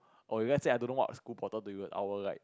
or if let's say I don't know what school portal to use I will like